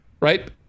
right